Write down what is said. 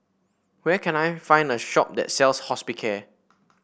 where can I find a shop that sells Hospicare